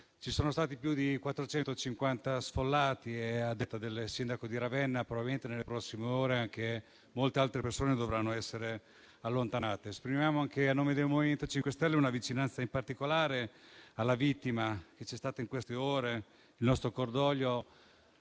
Ci sono stati più di 450 sfollati e, a detta del sindaco di Ravenna, probabilmente nelle prossime ore molte altre persone dovranno essere allontanate dalle loro case. Esprimiamo, anche a nome del MoVimento 5 Stelle, vicinanza in particolare alla vittima che c'è stata in queste ore e il nostro cordoglio